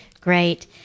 great